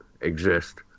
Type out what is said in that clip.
exist